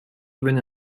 even